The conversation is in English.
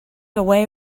away